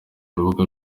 urubuga